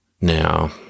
Now